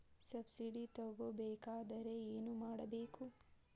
Subsidy ತಗೊಬೇಕಾದರೆ ಏನು ಮಾಡಬೇಕು?